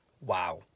wow